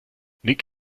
nick